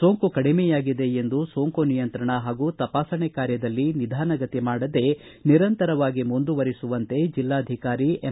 ಸೋಂಕು ಕಡಿಮೆ ಆಗಿದೆ ಎಂದು ಸೋಂಕು ನಿಯಂತ್ರಣ ಹಾಗೂ ತಪಾಸಣೆ ಕಾರ್ಯದಲ್ಲಿ ನಿಧಾನಗತಿ ಮಾಡದೇ ನಿರಂತರವಾಗಿ ಮುಂದುವರೆಸುವಂತೆ ಜಿಲ್ಲಾಧಿಕಾರಿ ಎಂ